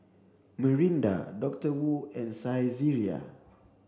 Mirinda Doctor Wu and Saizeriya